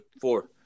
four